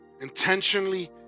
Intentionally